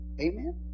Amen